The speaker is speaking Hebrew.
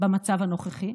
במצב הנוכחי.